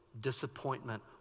disappointment